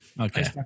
Okay